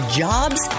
jobs